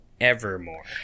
Evermore